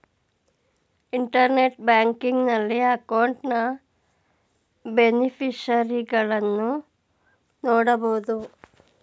internet banking ನಲ್ಲಿ ಅಕೌಂಟ್ನ ಬೇನಿಫಿಷರಿಗಳನ್ನು ನೋಡಬೋದು